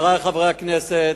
חברי חברי הכנסת,